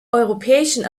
europäischen